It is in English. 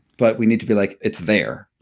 but we need to be like, it's there.